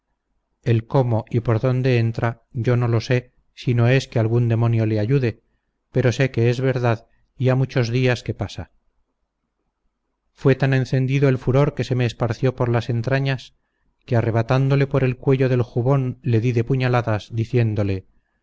el cómo y por dónde entra yo no lo sé si no es que algún demonio le ayude pero sé que es verdad y ha muchos días que pasa fue tan encendido el furor que se me esparció por las entrañas que arrebatándole por el cuello del jubón le di de puñaladas diciéndole